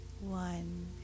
One